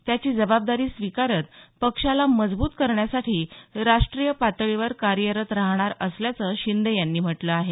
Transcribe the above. त्याची जबाबदारी स्वीकारत पक्षाला मजबूत करण्यासाठी राष्ट्रीय पातळीवर कार्यरत राहणार असल्याचं शिंदे यांनी म्हटलं आहे